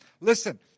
Listen